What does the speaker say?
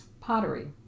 pottery